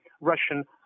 Russian